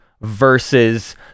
versus